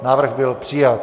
Návrh byl přijat.